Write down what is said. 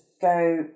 go